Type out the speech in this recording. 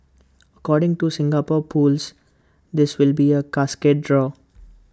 according to Singapore pools this will be A cascade draw